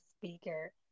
speaker